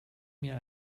mir